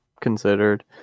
considered